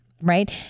right